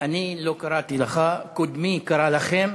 אני לא קראתי לך, קודמי קרא לכם.